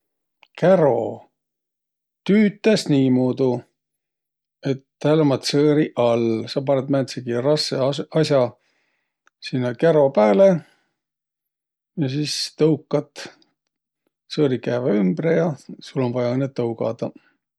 Käro tüütäs niimudu, et täl ummaq tsõõriq all. Sa panõt määntsegi rassõ as- as'a sinnäq käro pääle ja sis tõukat. Tsõõriq kääväq ümbre ja sul um vaia õnnõ tõugadaq.